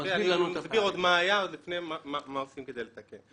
אני מסביר מה היה עוד לפני מה עושים כדי לתקן.